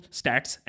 stats